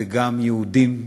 וגם יהודים,